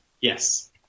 Yes